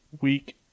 week